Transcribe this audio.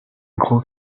gros